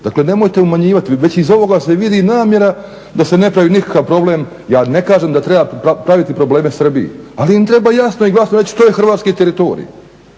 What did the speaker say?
Dakle nemojte umanjivati već iz ovoga se vidi namjera da se ne pravi nikakav problem. Ja ne kažem da treba praviti probleme Srbiji ali im treba jasno i glasno reći to je hrvatski teritorij